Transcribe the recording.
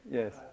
yes